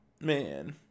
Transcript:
Man